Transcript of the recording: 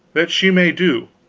that she may do,